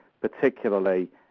particularly